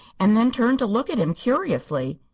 and then turned to look at him curiously.